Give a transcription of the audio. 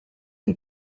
qui